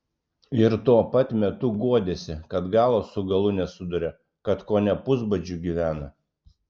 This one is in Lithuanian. ir tuo pat metu guodėsi kad galo su galu nesuduria kad kone pusbadžiu gyvena